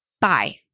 bye